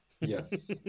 Yes